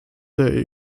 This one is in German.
der